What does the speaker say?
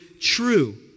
true